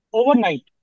overnight